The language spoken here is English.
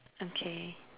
okay